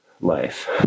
life